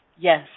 Yes